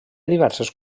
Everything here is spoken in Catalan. diverses